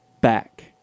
back